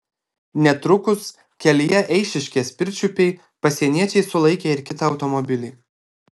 netrukus kelyje eišiškės pirčiupiai pasieniečiai sulaikė ir kitą automobilį